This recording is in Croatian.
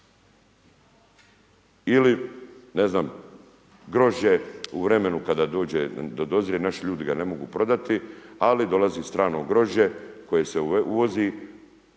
Ili ne znam, grožđe u vremenu kada dozrije, naši ljudi ga ne mogu prodati ali dolazi strano grožđe koje se uvozi